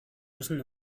müssen